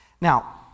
Now